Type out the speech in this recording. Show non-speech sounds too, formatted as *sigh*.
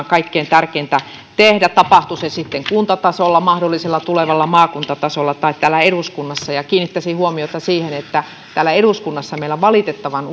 *unintelligible* kaikkein tärkeintä tehdä tapahtuu se sitten kuntatasolla mahdollisella tulevalla maakuntatasolla tai täällä eduskunnassa kiinnittäisin huomiota siihen että täällä eduskunnassa meillä valitettavan *unintelligible*